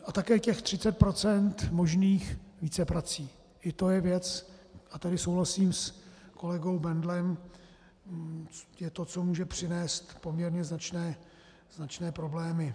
A také těch 30 % možných víceprací, i to je věc, a tady souhlasím s kolegou Bendlem, je to, co může přinést poměrně značné problémy.